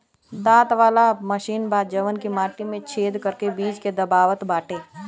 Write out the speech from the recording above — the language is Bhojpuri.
दांत वाला मशीन बा जवन की माटी में छेद करके बीज के दबावत बाटे